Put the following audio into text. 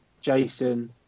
Jason